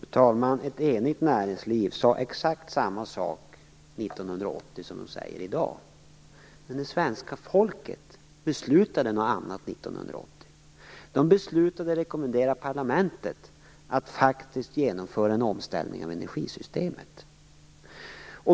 Fru talman! Ett enigt näringsliv sade exakt samma sak 1980 som man säger i dag. Men det svenska folket beslutade något annat 1980. Det beslutade att rekommendera parlamentet att faktiskt genomföra en omställning av energisystemet.